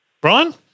Brian